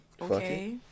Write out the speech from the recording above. okay